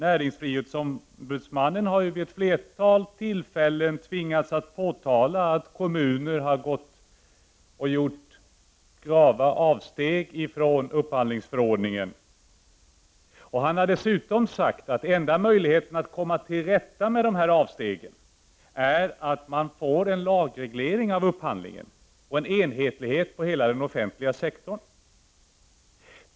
Näringsfrihetsombudsmannen har vid ett flertal tillfällen tvingats att påtala att kommuner har gjort grava avsteg från upphandlingsförordningen. Han har dessutom sagt att enda möjligheten att komma till rätta med dessa avsteg är att man får en lagreglering av upphandlingen och en enhetlighet inom hela den offentliga sektorn.